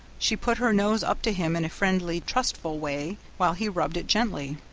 she put her nose up to him in a friendly, trustful way, while he rubbed it gently.